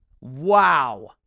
Wow